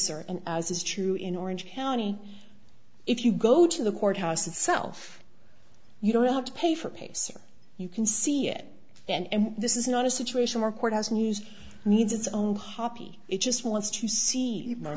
pacer and as is true in orange county if you go to the courthouse itself you don't have to pay for pacer you can see it and this is not a situation where courthouse news needs its own hobby it just wants to see mo